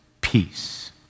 peace